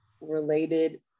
related